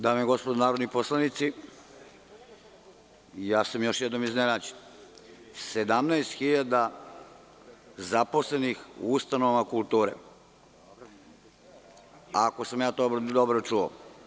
Dame i gospodo narodni poslanici, ja sam još jednom iznenađen, 17.000 zaposlenih u ustanovama kulture, ako sam dobro čuo.